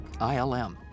ILM